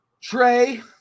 Trey